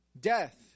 Death